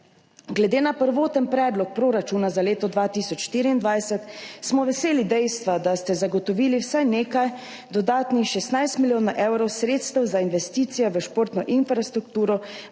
Glede na prvoten predlog proračuna za leto 2024 smo veseli dejstva, da ste zagotovili vsaj nekaj, dodatnih 16 milijonov evrov sredstev za investicije v športno infrastrukturo